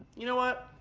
y'know what?